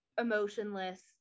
emotionless